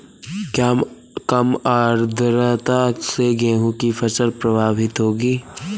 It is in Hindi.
क्या कम आर्द्रता से गेहूँ की फसल प्रभावित होगी?